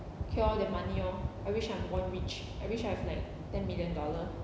okay lor then money lor I wish I'm born rich I wish I have like ten million dollar